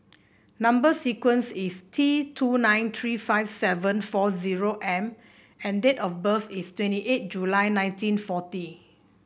number sequence is T two nine three five seven four zero M and date of birth is twenty eight July nineteen forty